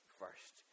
first